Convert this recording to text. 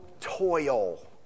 toil